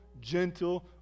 gentle